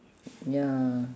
ya